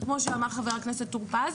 כמו שאמר חבר הכנסת טור פז,